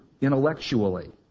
intellectually